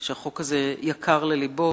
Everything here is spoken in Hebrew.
שהחוק הזה יקר ללבו,